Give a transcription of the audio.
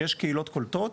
כשיש קהילות קולטות,